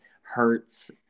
hurts